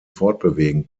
fortbewegen